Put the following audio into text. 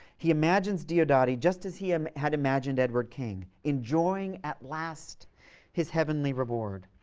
he imagines diodati just as he um had imagined edward king, enjoying at last his heavenly reward.